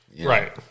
Right